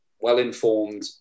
well-informed